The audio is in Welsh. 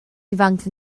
ifanc